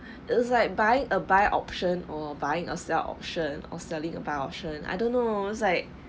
is like buying a buy option or buying ourself option or selling a buy option I don't know it's like